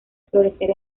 florecer